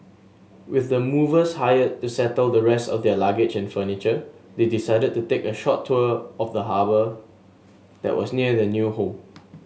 with the movers hired to settle the rest of their luggage and furniture they decided to take a short tour of the harbour that was near their new home